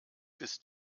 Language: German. bist